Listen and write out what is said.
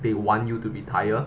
they want you to retire